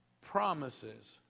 promises